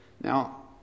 Now